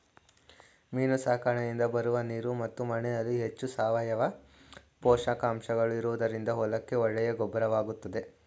ಮೀನು ಸಾಕಣೆಯಿಂದ ಬರುವ ನೀರು ಮತ್ತು ಮಣ್ಣಿನಲ್ಲಿ ಹೆಚ್ಚು ಸಾವಯವ ಪೋಷಕಾಂಶಗಳು ಇರುವುದರಿಂದ ಹೊಲಕ್ಕೆ ಒಳ್ಳೆಯ ಗೊಬ್ಬರವಾಗುತ್ತದೆ